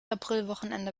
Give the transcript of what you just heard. aprilwochenende